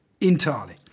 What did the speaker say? entirely